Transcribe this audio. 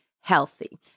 healthy